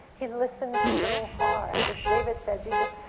he listened so hard, as david said. you just,